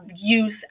use